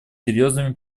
серьезными